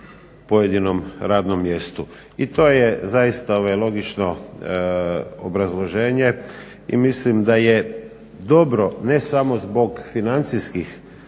pojedinom radnom mjestu. I to je zaista logično obrazloženje i mislim da je dobro ne samo zbog financijskih